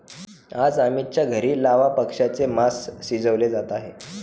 आज अमितच्या घरी लावा पक्ष्याचे मास शिजवले जात आहे